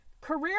Career